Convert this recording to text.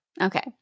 Okay